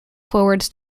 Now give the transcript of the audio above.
forwards